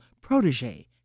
protege